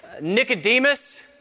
Nicodemus